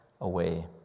away